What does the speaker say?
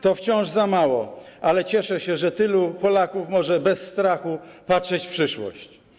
To wciąż za mało, ale cieszę się, że tylu Polaków może bez strachu patrzeć w przyszłość.